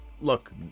look